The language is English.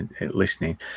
listening